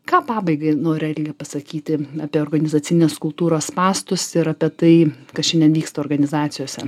ką pabaigai nori alge pasakyti apie organizacinės kultūros spąstus ir apie tai kas šiandien vyksta organizacijose